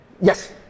yes